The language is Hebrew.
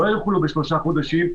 לא --- בשלושה חודשים,